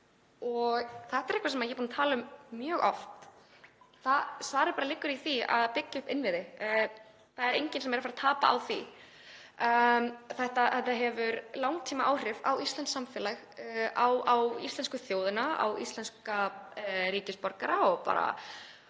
Þetta er eitthvað sem ég er búin að tala um mjög oft, svarið liggur í því að byggja upp innviði. Það er enginn sem tapar á því. Þetta hefur langtímaáhrif á íslenskt samfélag, á íslensku þjóðina, á íslenska ríkisborgara og bara